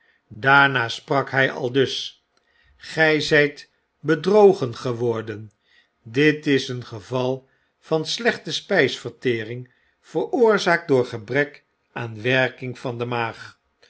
daarna sprak hij aldus gij zijt bedrogen geworden dit is een geval van slechte spijsvertering veroorzaakt door gebrek aan werking van de maag